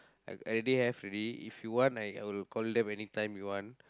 everyday have already if you want I will call them anytime you want